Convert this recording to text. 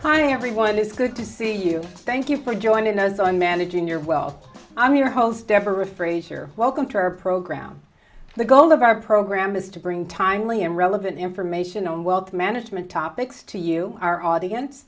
hi everyone it's good to see you thank you for joining us on managing your well i'm your host deborah fraser welcome to our program the goal of our program is to bring timely and relevant information on wealth management topics to you our audience